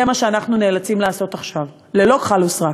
זה מה שאנחנו נאלצים לעשות עכשיו, ללא כחל ושרק.